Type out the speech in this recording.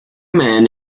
men